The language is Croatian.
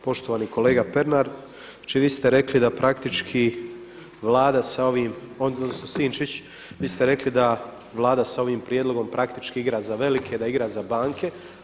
Poštovani kolega Pernar, znači vi ste rekli da praktički Vlada sa ovim, odnosno Sinčić, vi ste rekli da Vlada s ovim prijedlogom praktički igra za velike, da igra za banke.